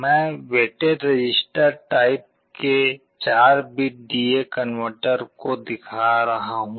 मैं weighted register type के 4 bit D A converter को दिखा रहा हूं